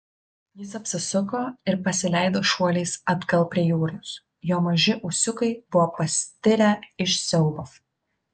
jis apsisuko ir pasileido šuoliais atgal prie jūros jo maži ūsiukai buvo pastirę iš siaubo